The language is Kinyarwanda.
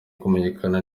kumenyekana